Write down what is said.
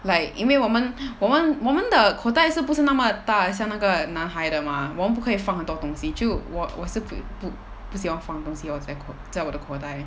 like 因为我们我们的口袋是不是那么大像那个男孩的吗我们不可以放很多东西就我我是不不喜欢放东西在口在我的口袋